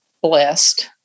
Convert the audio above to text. blessed